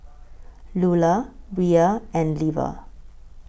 Lulah Bria and Leva